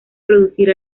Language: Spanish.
producir